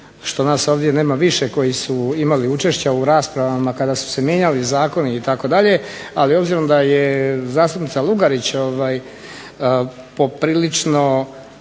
što nas nema ovdje više koji su imali učešća u raspravama kada su se mijenjali zakoni itd., ali obzirom da je zastupnica LUgarić poprilično,